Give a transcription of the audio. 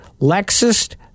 Lexus